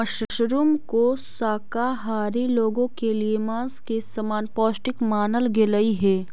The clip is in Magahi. मशरूम को शाकाहारी लोगों के लिए मांस के समान पौष्टिक मानल गेलई हे